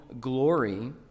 glory